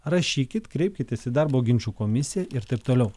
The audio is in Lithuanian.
rašykit kreipkitės į darbo ginčų komisiją ir taip toliau